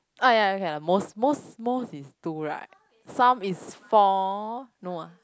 ah ya ya okay most most most is two right some is four no ah